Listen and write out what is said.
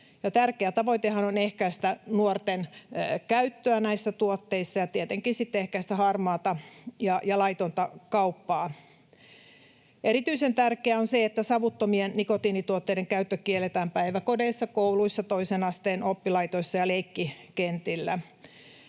Tärkeä tavoitehan on ehkäistä sitä, että nuoret käyttävät näitä tuotteita ja tietenkin sitten ehkäistä harmaata ja laitonta kauppaa. Erityisen tärkeää on se, että savuttomien nikotiinituotteiden käyttö kielletään päiväkodeissa, kouluissa, toisen asteen oppilaitoksissa ja leikkikentillä.